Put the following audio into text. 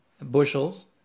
bushels